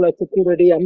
security